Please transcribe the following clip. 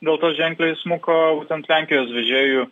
dėl to ženkliai smuko būtent lenkijos vežėjų